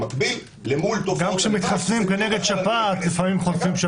גם כשמתחסנים כנגד שפעת לעיתים חוטפים